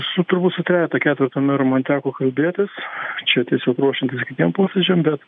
su turbūt su trejeta ketvertu merų man teko kalbėtis čia tiesiog ruošiantis kitiem posėdžiam bet